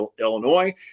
Illinois